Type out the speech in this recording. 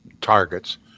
targets